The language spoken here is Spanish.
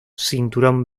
cinturón